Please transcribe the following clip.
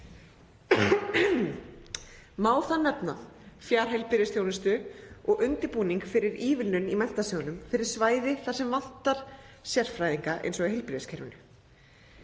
Má þar nefna fjarheilbrigðisþjónustu og undirbúning fyrir ívilnun í Menntasjóðnum fyrir svæði þar sem vantar sérfræðinga, eins og í heilbrigðiskerfinu.